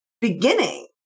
beginning